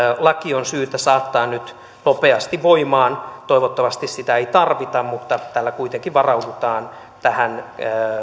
laki on syytä saattaa nyt nopeasti voimaan toivottavasti sitä ei tarvita mutta tällä kuitenkin varaudutaan tähän